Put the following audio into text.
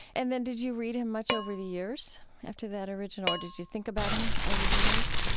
and then did you read him much over the years after that original or did you think about him over the years?